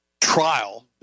trial